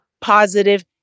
positive